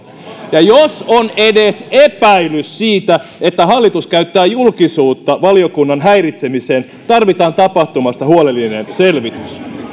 ja jos on edes epäilys siitä että hallitus käyttää julkisuutta valiokunnan häiritsemiseen tarvitaan tapahtumasta huolellinen selvitys